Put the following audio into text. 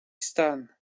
stan